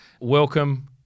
Welcome